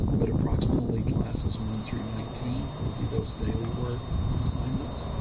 but approximately classes one through nineteen will be those daily work assignments.